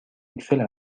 اکسل